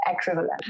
equivalent